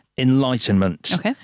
enlightenment